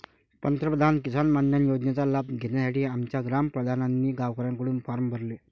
पंतप्रधान किसान मानधन योजनेचा लाभ घेण्यासाठी आमच्या ग्राम प्रधानांनी गावकऱ्यांकडून फॉर्म भरले